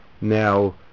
now